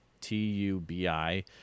t-u-b-i